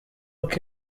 uko